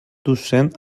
docent